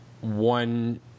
one